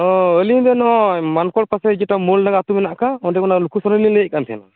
ᱚᱸᱻ ᱟᱹᱞᱤᱧ ᱫᱚ ᱱᱚᱜᱼᱚᱭ ᱢᱟᱱᱠᱚᱨ ᱯᱟᱥᱮ ᱡᱮᱴᱟ ᱢᱳᱞ ᱰᱟᱸᱜᱟ ᱟᱛᱳ ᱢᱮᱱᱟᱜᱠᱟᱜ ᱚᱸᱰᱮ ᱠᱷᱚᱱᱟᱜ ᱞᱩᱠᱷᱩ ᱥᱚᱨᱮᱱᱤᱧ ᱞᱟᱹᱭᱮᱫᱚ ᱠᱟᱱ ᱛᱟᱦᱮᱱᱟ